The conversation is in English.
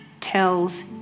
tells